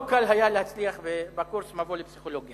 לא קל היה להצליח בקורס "מבוא לפסיכולוגיה".